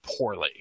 poorly